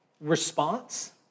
response